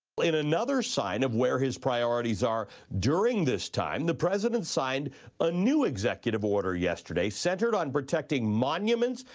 like and another sign of where his priorities are during this time, the president signed a new executive order yesterday centered on protecting monuments,